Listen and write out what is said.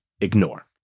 ignore